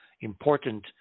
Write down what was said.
important